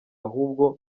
ahubwo